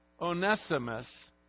Onesimus